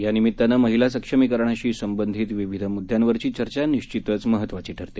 यानिमित्तानं महिला सक्षमीकरणाच्या संबंधी विविध मुद्यांवरची चर्चा निश्चितच महत्वाची ठरते